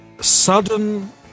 sudden